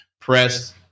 Press